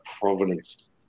provenance